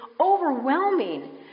overwhelming